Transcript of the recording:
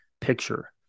picture